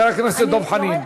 הכנסת דב חנין,